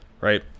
right